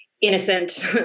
innocent